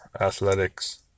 athletics